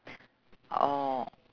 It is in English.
orh